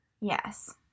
Yes